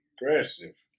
aggressive